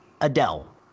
Adele